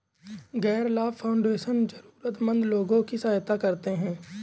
गैर लाभ फाउंडेशन जरूरतमन्द लोगों की सहायता करते हैं